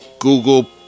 Google